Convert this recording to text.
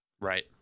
right